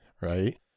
right